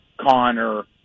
Connor